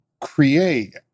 create